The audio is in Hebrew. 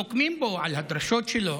נוקמים פה על הדרשות שלו,